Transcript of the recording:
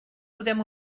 podem